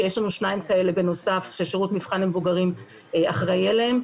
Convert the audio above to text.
ויש לנו שניים כאלה בנוסף ששירות מבחן למבוגרים אחראי עליהם,